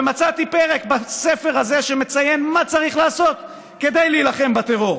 ומצאתי פרק בספר הזה שמציין מה צריך לעשות כדי להילחם בטרור.